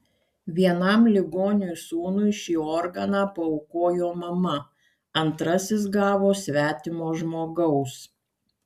vienam ligoniui sūnui šį organą paaukojo mama antrasis gavo svetimo žmogaus